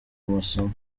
masomo